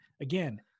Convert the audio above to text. Again